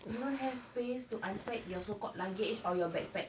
you don't have space to unpack your so called luggage or your backpack